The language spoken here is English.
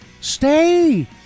Stay